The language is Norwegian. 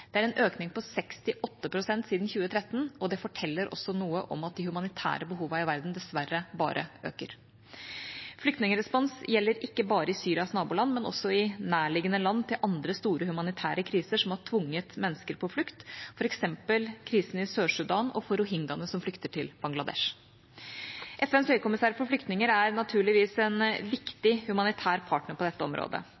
Det er en økning på 68 pst. siden 2013, og det forteller noe om at de humanitære behovene i verden dessverre bare øker. Flyktningrespons gjelder ikke bare i Syrias naboland, men også i nærliggende land til andre store humanitære kriser som har tvunget mennesker på flukt, f.eks. krisen i Sør-Sudan og for rohingyaene som flykter til Bangladesh. FNs høykommisær for flyktninger er heldigvis en